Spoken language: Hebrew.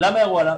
למה ירו עליו?